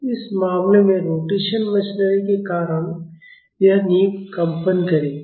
तो इस मामले में रोटेशन मशीनरी के कारण यह नींव कंपन करेगी